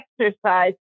exercise